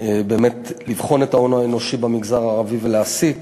באמת לבחון את ההון האנושי במגזר הערבי, ולהעסיק